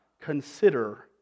consider